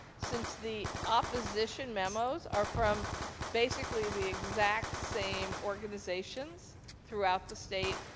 since the opposition memos are from basically the exact same organization throughout the state,